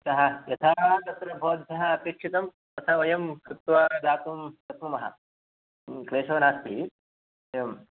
अतः यथा तत्र भवद्भ्यः अपेक्षितं तथा वयं कृत्वा दातुं शक्नुमः क्लेशः नास्ति एवम्